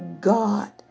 God